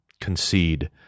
concede